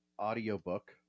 audiobook